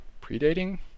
pre-dating